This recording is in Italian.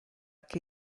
che